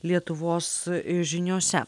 lietuvos žiniose